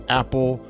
apple